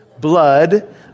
Blood